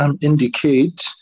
indicate